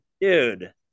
Dude